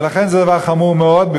ולכן זה דבר חמור מאוד,